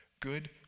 Good